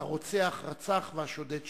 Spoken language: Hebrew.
הרוצח רצח והשודד שדד.